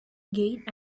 gate